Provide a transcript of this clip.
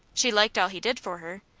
she liked all he did for her,